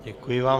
Děkuji vám.